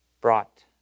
brought